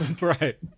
right